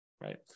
right